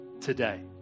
today